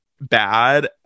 bad